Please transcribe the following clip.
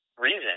reason